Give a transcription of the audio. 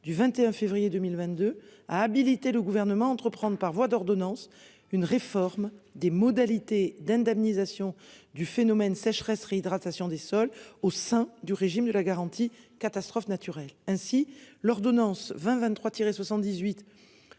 du 21 février 2022 a habilité le Gouvernement entreprendre par voie d'ordonnance. Une réforme des modalités d'indemnisation du phénomène sécheresse réhydratation des sols au sein du régime de la garantie catastrophe naturelle ainsi l'ordonnance 20 23